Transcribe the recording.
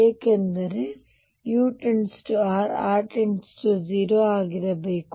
ಯಾಕೆಂದರೆ ನಿಮಗೆ u 0 r 0 ಆಗಿರಬೇಕು